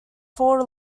fought